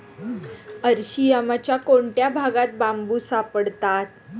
अरशियामाच्या कोणत्या भागात बांबू सापडतात?